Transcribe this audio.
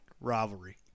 rivalry